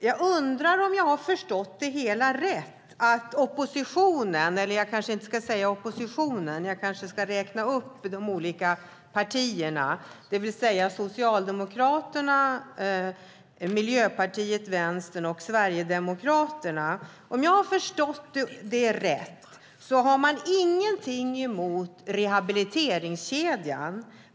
Jag undrar om jag har förstått rätt, herr talman, nämligen att oppositionen - jag kanske inte ska säga oppositionen utan jag ska räkna upp de olika partierna, det vill säga Socialdemokraterna, Miljöpartiet, Vänstern och Sverigedemokraterna - har ingenting emot rehabiliteringskedjan.